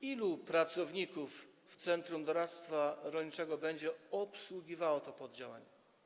Ilu pracowników Centrum Doradztwa Rolniczego będzie obsługiwało to poddziałanie?